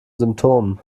symptomen